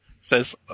says